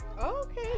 Okay